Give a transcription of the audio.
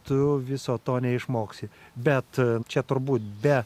tu viso to neišmoksi bet čia turbūt be